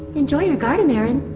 enjoy your garden, erin.